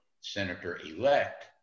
Senator-elect